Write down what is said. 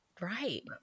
Right